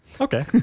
Okay